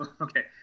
okay